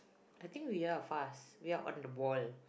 I think we are fast we are on the ball